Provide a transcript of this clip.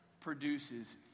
produces